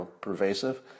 pervasive